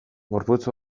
gorputz